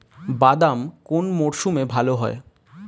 বাদাম কোন মরশুমে ভাল হয়?